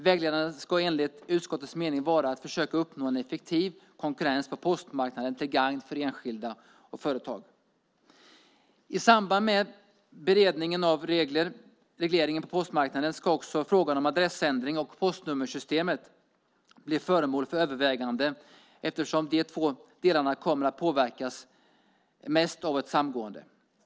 Vägledande ska, enligt utskottets mening, vara att försöka uppnå en effektiv konkurrens på postmarknaden till gagn för enskilda och företag. I samband med beredningen av regleringen på postmarknaden ska också frågan om adressändring och postnummersystemet bli föremål för överväganden, eftersom de två delarna kommer att påverkas mest av ett samgående.